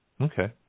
Okay